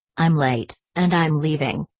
i'm late, and i'm leaving.